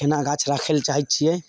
कोना गाछ रखैले चाहै छिए